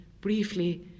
briefly